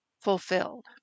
fulfilled